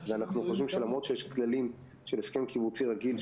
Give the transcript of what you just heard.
ואנחנו חושבים שלמרות שיש כללים של הסכם קיבוצי רגיל,